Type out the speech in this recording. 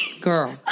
Girl